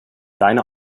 deine